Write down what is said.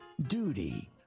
duty